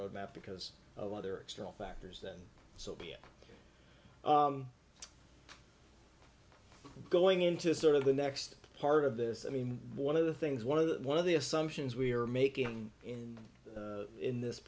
road map because of other external factors then so be it going into sort of the next part of this i mean one of the things one of the one of the assumptions we are making in in this